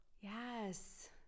Yes